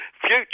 future